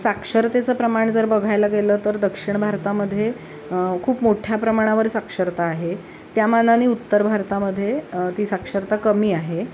साक्षरतेचं प्रमाण जर बघायला गेलं तर दक्षिण भारतामध्ये खूप मोठ्या प्रमाणावर साक्षरता आहे त्या मानाने उत्तर भारतामध्ये ती साक्षरता कमी आहे